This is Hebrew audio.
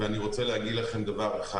ואני רוצה להגיד לכם דבר אחד.